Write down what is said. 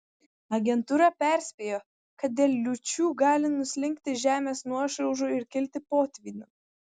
agentūra perspėjo kad dėl liūčių gali nuslinkti žemės nuošliaužų ir kilti potvynių